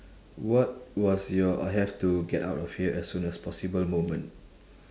what was your I have to get out of here as soon as possible moment